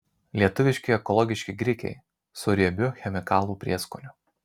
lietuviški ekologiški grikiai su riebiu chemikalų prieskoniu